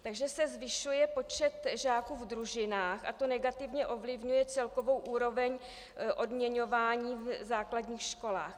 Takže se zvyšuje počet žáků v družinách a to negativně ovlivňuje celkovou úroveň odměňování v základních školách.